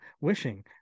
wishing